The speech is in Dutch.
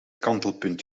kantelpunt